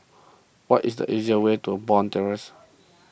what is the easiest way to Bond Terrace